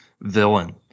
villain